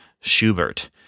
Schubert